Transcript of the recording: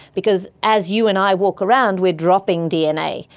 because as you and i walk around we are dropping dna.